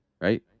right